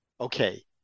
okay